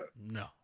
No